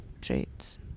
traits